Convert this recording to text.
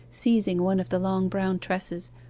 seizing one of the long brown tresses,